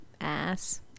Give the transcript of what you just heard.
ass